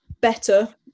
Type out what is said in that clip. better